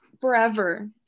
forever